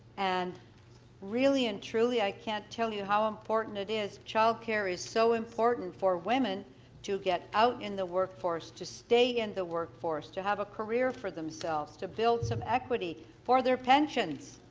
and really and truy i can't tell you how important it is, child care is so important for women to get out in the workforce to stay in the workforce, to have a career for themselves, to build some equity for their pensions.